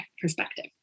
perspective